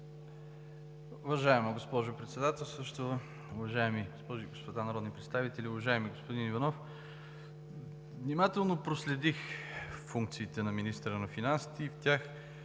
Уважаема госпожо Председателстваща, уважаеми госпожи и господа народни представители! Уважаеми господин Иванов, внимателно проследих функциите на министъра на финансите и в тях